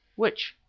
which?